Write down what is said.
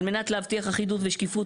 על מנת להבטיח אחידות ושקיפות